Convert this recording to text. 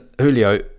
Julio